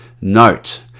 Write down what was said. Note